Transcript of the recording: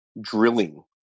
drilling